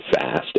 fast